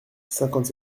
cinquante